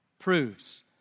proves